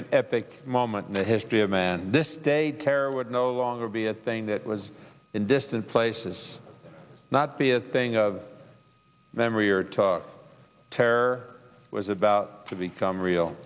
an epic moment in the history of man this day care would no longer be a thing that was in distant places not be a thing of memory or talk terror was about to become real